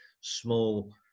small